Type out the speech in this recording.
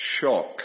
shock